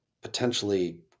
potentially